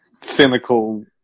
cynical